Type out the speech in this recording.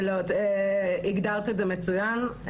הגדרת את זה מצוין,